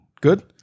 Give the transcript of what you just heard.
Good